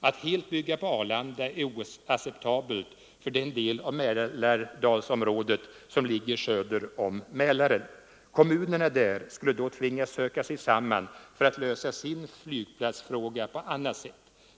Att helt bygga på Arlanda är oacceptabelt för den del av Mälardalsområdet som ligger söder om Mälaren. Kommunerna där skulle då tvingas söka sig samman för att lösa sin flygplatsfråga på annat sätt.